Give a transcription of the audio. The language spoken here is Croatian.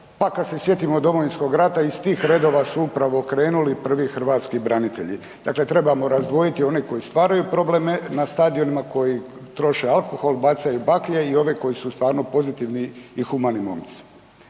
Pa kad se sjetimo Domovinskog rata iz tih redova su upravo krenuli prvi hrvatski branitelji. Dakle, trebamo razdvojiti one koji stvaraju probleme na stadionima, koji troše alkohol, bacaju baklje i ove koji su stvarno pozitivni i humani momci.